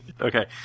Okay